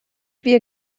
wir